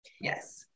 Yes